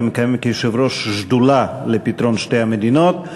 אתה מקיים אותו כיושב-ראש שדולה לפתרון שתי המדינות,